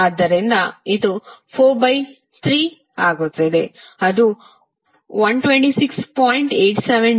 ಆದ್ದರಿಂದ ಇದು 43 ಆಗುತ್ತದೆ ಅದು 126